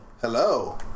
hello